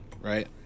right